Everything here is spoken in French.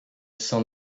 sans